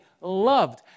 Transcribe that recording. loved